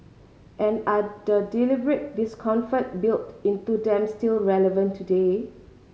and are the deliberate discomfort built into them still relevant today